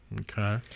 Okay